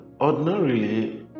ordinarily